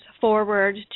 forward